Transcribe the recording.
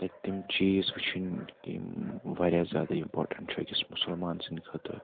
تَتہِ تِم چیٖز وٕچھِنۍ یِم واریاہ زیادٕ اِمپاٹنٛٹ چھِ أکِس مُسلمان سٕنٛدۍ خٲطرٕ